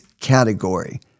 category